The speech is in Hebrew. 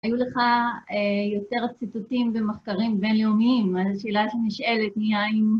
היו לך יותר ציטוטים במחקרים בינלאומיים, אז השאלה שנשאלת היא האם...